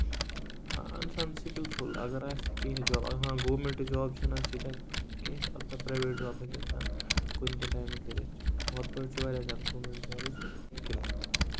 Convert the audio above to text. آ اِنسان سِکِلفُل اَگر آسہِ تہٕ کیٚنہہ تہِ جاب ہاں گورمینٹ جاب چھِنہٕ آز تیٖتیاہ کیٚنہہ تہٕ اَلبتہ پریویٹ جاب ہیٚکہِ اِنسان کُنہِ تہِ ٹایمہٕ کٔرِتھ ہُتھ پٲٹھۍ چھِ واریا گورمینٹ جابٕچ قِلت